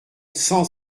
cent